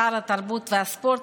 שר התרבות והספורט,